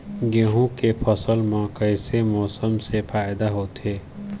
गेहूं के फसल म कइसे मौसम से फायदा होथे?